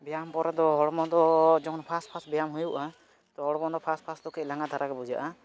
ᱵᱮᱭᱟᱢ ᱯᱚᱨᱮ ᱫᱚ ᱦᱚᱲᱢᱚ ᱫᱚ ᱡᱮᱢᱚᱱ ᱯᱷᱟᱥ ᱯᱷᱟᱥ ᱵᱮᱭᱟᱢ ᱦᱩᱭᱩᱜᱼᱟ ᱛᱚ ᱦᱚᱲᱢᱚ ᱫᱚ ᱯᱷᱟᱥ ᱯᱷᱟᱥ ᱫᱚ ᱠᱟᱹᱡ ᱞᱟᱸᱜᱟ ᱫᱷᱟᱨᱟᱜᱮ ᱵᱩᱡᱷᱟᱹᱜᱼᱟ